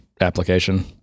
application